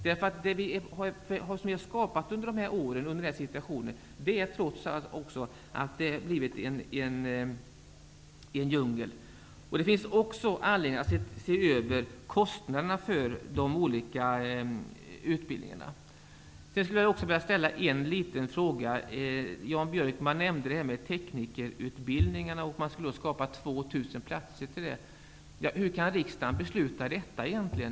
Genom åren har vi skapat en djungel på det här området. Det finns också anledning att se över kostnaderna för de olika utbildningarna. Jan Björkman nämnde detta med teknikerutbildningarna och att man skulle skapa 2 000 platser där. Hur kan riksdagen besluta om detta egentligen?